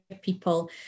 people